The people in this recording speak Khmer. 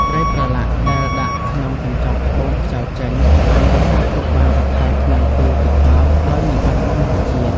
ត្រីប្រឡាក់ដែលដាក់ក្នុងកញ្ចប់បូមខ្យល់ចេញ អាចរក្សាទុកបានរាប់ខែក្នុងទូទឹកកកដោយមិនបាត់បង់រសជាតិ។